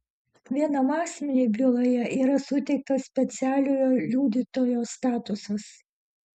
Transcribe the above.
vienam asmeniui byloje yra suteiktas specialiojo liudytojo statusas